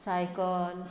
cycle